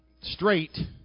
straight